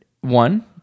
one